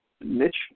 Mitch